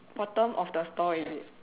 bottom of the store is it